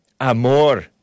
Amor